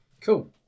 Cool